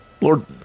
Lord